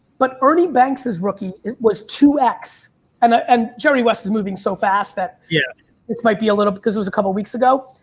but ernie banks' rookie was two x and ah and jeremy west is moving so fast that yeah this might be a little bit cause it was a couple of weeks ago,